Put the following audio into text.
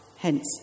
Hence